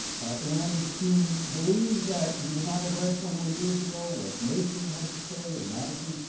and to believe that he would not have read twenty one years ago what mason had to say or medicine,